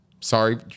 Sorry